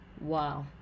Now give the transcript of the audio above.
Wow